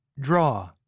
draw